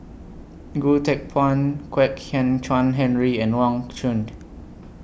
Goh Teck Phuan Kwek Hian Chuan Henry and Wang Chunde